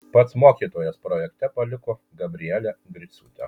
pats mokytojas projekte paliko gabrielę griciūtę